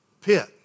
pit